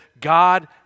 God